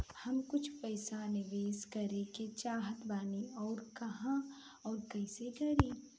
हम कुछ पइसा निवेश करे के चाहत बानी और कहाँअउर कइसे करी?